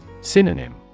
Synonym